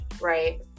right